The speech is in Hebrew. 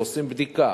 ועושים בדיקה,